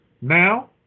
now